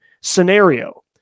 scenario